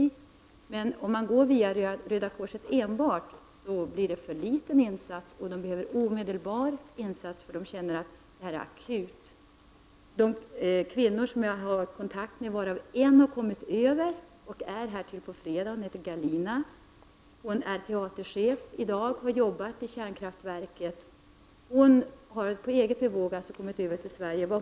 Om man går enbart via Röda korset blir insatsen för liten. Det behövs en omedelbar insats, eftersom det här är akut. Av de kvinnor som jag har kontakt med har en kommit över och är här till på fredag. Hon heter Galina. Hon är i dag teaterchef. Hon har jobbat i kärnkraftverket. Hon har alltså på eget bevåg kommit över till Sverige.